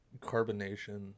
Carbonation